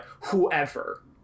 whoever